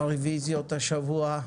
הרוויזיות השבוע,